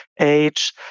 age